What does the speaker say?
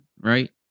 right